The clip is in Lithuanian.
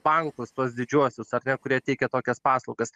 bankus tuos didžiuosius ar ne kurie teikia tokias paslaugas